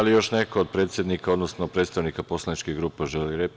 Da li još neko od predsednika, odnosno predstavnika poslaničkih grupa želi reč?